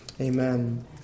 Amen